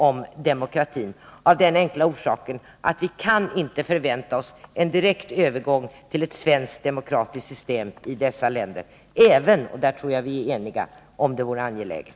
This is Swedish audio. Och detta av den enkla anledningen att vi inte kan förvänta oss en direkt övergång till ett svenskt demokratiskt system i dessa länder, även om — och i den uppfattningen tror jag vi är eniga — det vore angeläget.